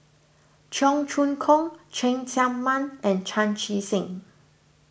Cheong Choong Kong Cheng Tsang Man and Chan Chee Seng